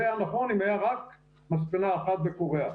זה היה נכון אם הייתה רק מספנה אחת בקוריאה.